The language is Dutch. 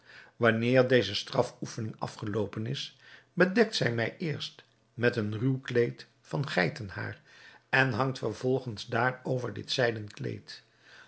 wanneer deze strafoefening afgeloopen is bedekt zij mij eerst met een ruw kleed van geitenhaar en hangt vervolgens daarover dit zijden kleed